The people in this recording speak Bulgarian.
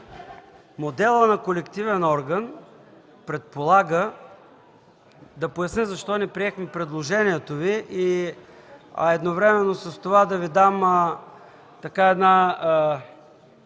моделът на колективен орган предполага – да поясня защо не приехме предложението Ви, а и едновременно с това да Ви дам насока